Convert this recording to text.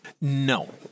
No